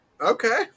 Okay